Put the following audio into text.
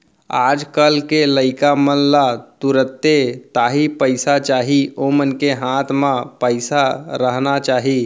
आज कल के लइका मन ला तुरते ताही पइसा चाही ओमन के हाथ म पइसा रहना चाही